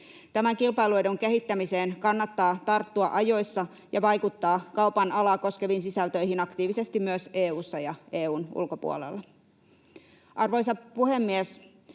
Tämän kilpailuedun kehittämiseen kannattaa tarttua ajoissa ja vaikuttaa kaupan alaa koskeviin sisältöihin aktiivisesti myös EU:ssa ja EU:n ulkopuolella. Arvoisa puhemies!